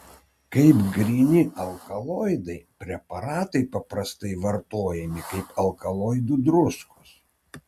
kaip gryni alkaloidai preparatai paprastai vartojami kaip alkaloidų druskos